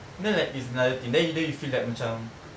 then like it's another thing then you feel like macam